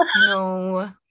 No